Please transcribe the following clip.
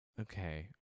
Okay